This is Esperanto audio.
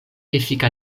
efika